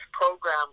program